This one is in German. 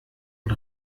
und